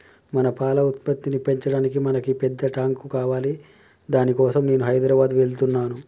మన పాల ఉత్పత్తిని పెంచటానికి మనకి పెద్ద టాంక్ కావాలి దాని కోసం నేను హైదరాబాద్ వెళ్తున్నాను